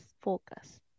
focus